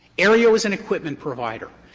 aereo is an equipment provider.